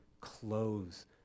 clothes